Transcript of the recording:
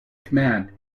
command